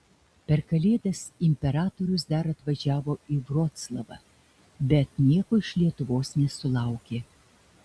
per kalėdas imperatorius dar atvažiavo į vroclavą bet nieko iš lietuvos nesulaukė